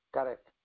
Correct